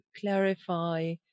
clarify